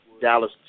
Dallas